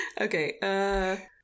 Okay